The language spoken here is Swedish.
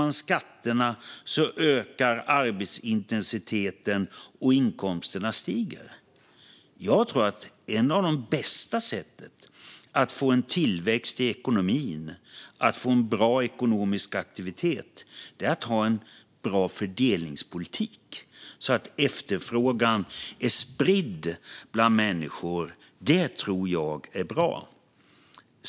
Det är en myt att arbetsintensiteten ökar och inkomsterna stiger om man sänker skatterna. Jag tror att ett av de bästa sätten att få tillväxt i ekonomin och en bra ekonomisk aktivitet är att ha en bra fördelningspolitik så att efterfrågan är spridd bland människor. Det tror jag är bra.